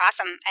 Awesome